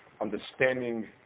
Understanding